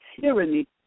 tyranny